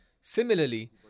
Similarly